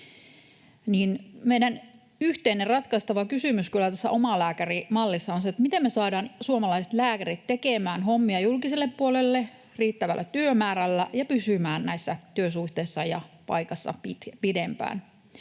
meidän yhteinen ratkaistava kysymys tässä omalääkärimallissa on kyllä se, miten me saadaan suomalaiset lääkärit tekemään hommia julkiselle puolelle riittävällä työmäärällä ja pysymään näissä työsuhteissa ja -paikoissa pidempään.